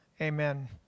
Amen